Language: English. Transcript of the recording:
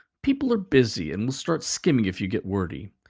people are busy and will start skimming if you get wordy.